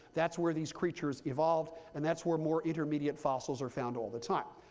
that's where these creatures evolved, and that's where more intermediate fossils are found all the time.